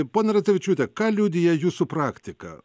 ponia radzevičiūte ką liudija jūsų praktika